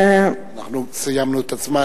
אנחנו סיימנו את הזמן,